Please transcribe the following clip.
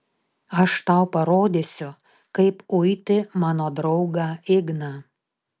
aš tau parodysiu kaip uiti mano draugą igną